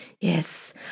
Yes